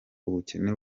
ubukene